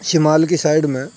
شمال کی سائڈ میں